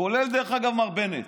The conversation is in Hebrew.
כולל מר בנט,